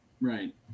right